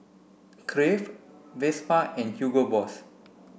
Crave Vespa and Hugo Boss